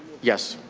yes.